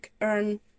earn